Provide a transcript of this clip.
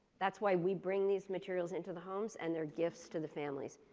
that's why we bring these materials into the homes and their gifts to the families.